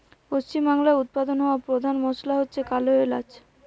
পশ্চিমবাংলায় উৎপাদন হওয়া পোধান মশলা হচ্ছে কালো এলাচ